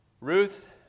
Ruth